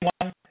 one